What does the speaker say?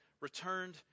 returned